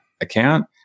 account